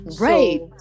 Right